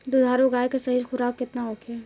दुधारू गाय के सही खुराक केतना होखे?